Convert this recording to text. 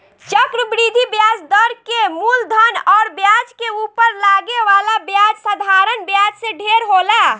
चक्रवृद्धि ब्याज दर के मूलधन अउर ब्याज के उपर लागे वाला ब्याज साधारण ब्याज से ढेर होला